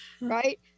right